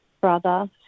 brother